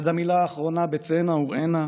עד המילה האחרונה ב'צאינה וראינה'